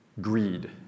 Greed